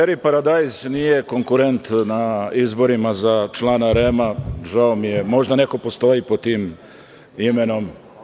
Čeri paradajz nije konkurent na izborima za člana REM, žao mi je, možda neko postoji pod tim imenom.